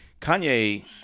Kanye